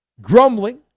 grumbling